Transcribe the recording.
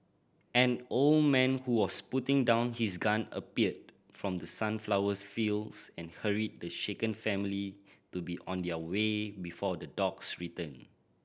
an old man who was putting down his gun appeared from the sunflower fields and hurried the shaken family to be on their way before the dogs return